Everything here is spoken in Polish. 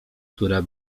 która